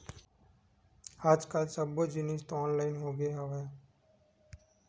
आज कल सब्बो जिनिस तो ऑनलाइन होगे हवय